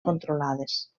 controlades